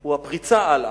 הוא הפריצה הלאה,